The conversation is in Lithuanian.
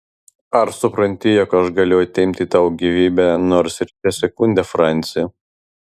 ar supranti jog aš galiu atimti tau gyvybę nors ir šią sekundę franci